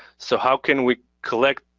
so how can we collect,